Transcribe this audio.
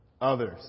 others